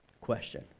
question